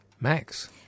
Max